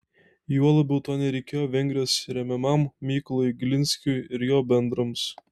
juo labiau to nereikėjo vengrijos remiamam mykolui glinskiui ir jo bendrams